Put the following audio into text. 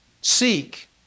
Seek